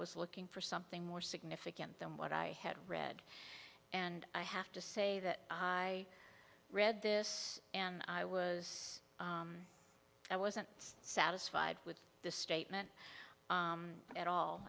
was looking for something more significant than what i had read and i have to say that i read this and i was i wasn't satisfied with the statement at all